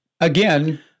Again